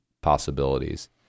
possibilities